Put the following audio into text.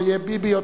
אריה ביבי,